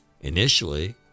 initially